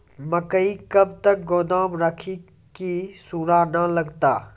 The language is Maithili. मकई कब तक गोदाम राखि की सूड़ा न लगता?